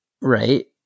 Right